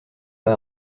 pas